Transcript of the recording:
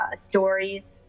stories